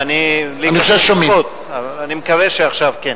אני מקווה שעכשיו כן.